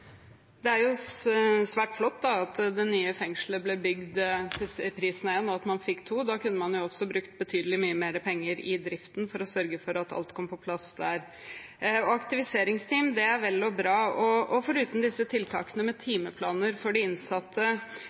Det er jo svært flott at det nye fengselet ble bygd til prisen av ett, og at man fikk to. Da kunne man jo også brukt betydelig mer penger i driften for å sørge for at alt kom på plass der. Aktiviseringsteam er vel og bra, men foruten disse tiltakene med timeplaner for de innsatte: